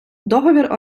договір